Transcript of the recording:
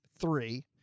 three